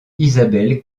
isabelle